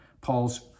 Paul's